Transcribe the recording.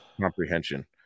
comprehension